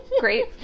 great